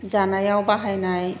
जानायाव बाहायनाय